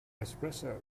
espresso